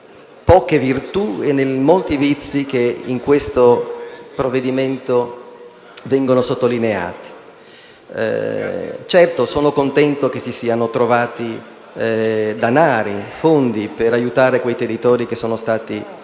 poche virtù e nei molti vizi che in questo provvedimento vengono sottolineati. Certo, io sono contento che siano stati trovati i fondi per aiutare i territori colpiti